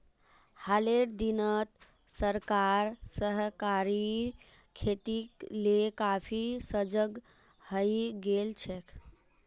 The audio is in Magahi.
हालेर दिनत सरकार सहकारी खेतीक ले काफी सजग हइ गेल छेक